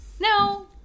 no